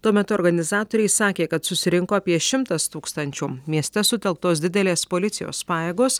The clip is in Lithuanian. tuo metu organizatoriai sakė kad susirinko apie šimtas tūkstančių mieste sutelktos didelės policijos pajėgos